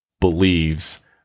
believes